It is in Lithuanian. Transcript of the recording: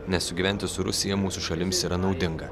nes sugyventi su rusija mūsų šalims yra naudinga